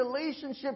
relationship